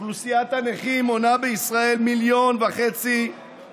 אוכלוסיית הנכים מונה בישראל 1.5 מיליון אנשים,